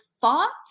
thoughts